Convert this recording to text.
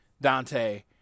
Dante